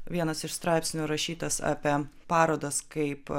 vienas iš straipsnių rašytas apie parodas kaip